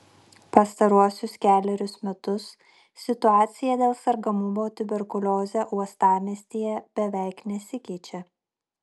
pastaruosius kelerius metus situacija dėl sergamumo tuberkulioze uostamiestyje beveik nesikeičia